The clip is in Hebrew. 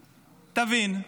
תבין,